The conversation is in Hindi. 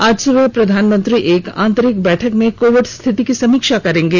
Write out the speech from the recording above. आज सुबह प्रधानमंत्री एक आंतरिक बैठक में कोविड स्थिति की समीक्षा करेंगे